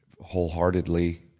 wholeheartedly